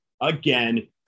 again